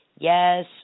Yes